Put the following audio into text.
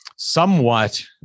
somewhat